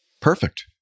Perfect